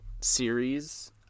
series